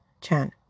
Chan